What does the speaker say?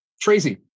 Tracy